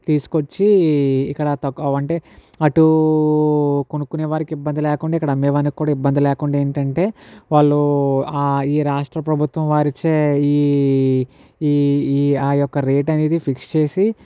తీసుకొచ్చి ఇక్కడ తక్కువ అంటే అటు కొనుక్కునేవారికి ఇబ్బంది లేకుండా ఇక్కడ అమ్మేవానికి ఇబ్బంది లేకుండా ఏంటంటే వాళ్ళు ఈ రాష్ట్ర ప్రభుత్వం వారిచే ఈ ఈ ఆ యొక్క రేట్ అనేది ఫిక్స్ చేసి